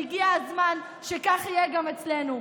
והגיע הזמן שכך יהיה גם אצלנו.